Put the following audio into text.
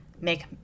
make